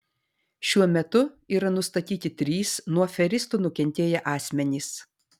šiuo metu yra nustatyti trys nuo aferistų nukentėję asmenys